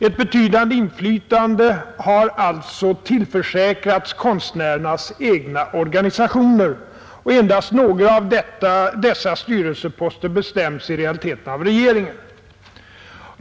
Ett betydande inflytande har alltså tillförsäkrats konstärernas egna organisationer och endast några av dessa styrelseposter bestäms i realiteten av regeringen.